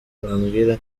bambwira